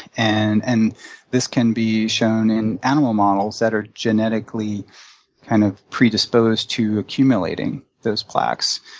and and this can be shown in animal models that are genetically kind of predisposed to accumulating those plaques.